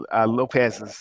Lopez's